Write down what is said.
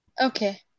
okay